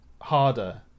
harder